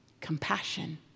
Compassion